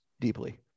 deeply